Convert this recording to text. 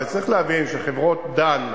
וצריך להבין שחברות, "דן",